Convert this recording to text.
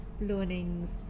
learnings